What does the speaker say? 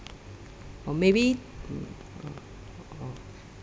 or maybe